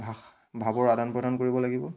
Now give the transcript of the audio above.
ভাষা ভাৱৰ আদান প্ৰদান কৰিব লাগিব